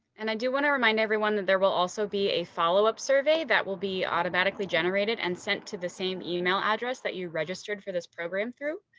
and i do want to remind everyone that there will also be a follow up survey that will be automatically generated and sent to the same email address that you registered for this program through.